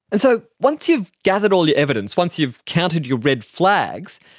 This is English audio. and so once you've gathered all your evidence, once you've counted your red flags,